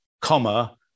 comma